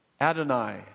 Adonai